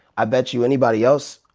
i bet you anybody else,